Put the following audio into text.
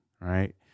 Right